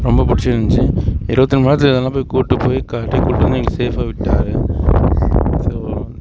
ரொம்ப பிடிச்சிருந்ச்சி இருபத்தி நாலு மணி நேரத்தில் இதெல்லாம் போய் கூட்டு போய் காட்டி கூட்டு வந்து எங்களை சேஃபாக விட்டுட்டார் ஸோ